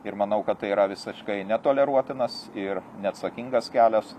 ir manau kad tai yra visiškai netoleruotinas ir neatsakingas kelias